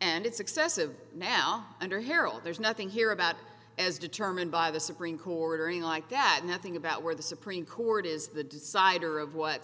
and it's excessive now under harold there's nothing here about as determined by the supreme court or any like that nothing about where the supreme court is the decider of what